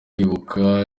ibuka